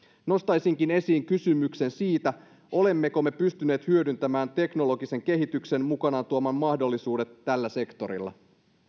nostaisinkin esiin kysymyksen siitä olemmeko me pystyneet hyödyntämään teknologisen kehityksen mukanaan tuomat mahdollisuudet tällä sektorilla